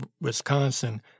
Wisconsin